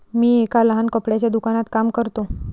मी एका लहान कपड्याच्या दुकानात काम करतो